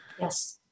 Yes